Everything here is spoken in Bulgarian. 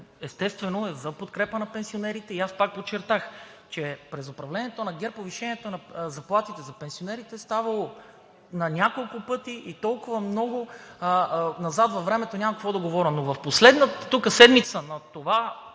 естествено, е за подкрепа на пенсионерите. Аз пак подчертах, че през управлението на ГЕРБ повишението на заплатите, за пенсионерите е ставало на няколко пъти и толкова много – назад във времето няма какво да говоря, но в последната седмица на това